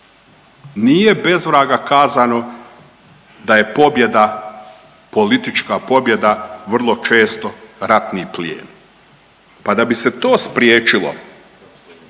Nije bez vraga kazano da je pobjeda, politička pobjeda vrlo često ratni plijen, pa da bi se to spriječilo